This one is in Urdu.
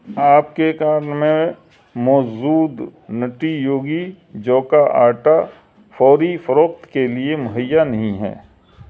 آپ کے کان میں موجود نٹی یوگی جو کا آٹا فوری فروخت کے لیے مہیا نہیں ہے